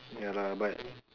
ya lah but